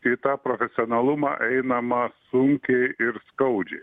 į tą profesionalumą einama sunkiai ir skaudžiai